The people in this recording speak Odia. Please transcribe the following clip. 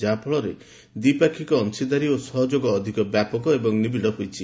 ଏହାଫଳରେ ଦ୍ୱିପାକ୍ଷିକ ଅଂଶୀଦାରୀ ଓ ସହଯୋଗ ଅଧିକ ବ୍ୟାପକ ଏବଂ ନିବିଡ଼ ହୋଇଛି